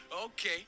Okay